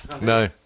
No